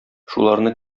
шуларны